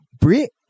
Brit